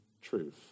truth